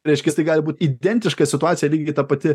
reiškias tai gali būt identiška situacija lygiai ta pati